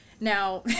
Now